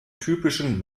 typischen